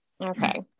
okay